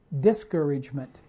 discouragement